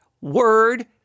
word